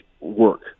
work